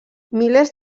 milers